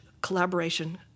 collaboration